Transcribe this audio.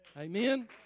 Amen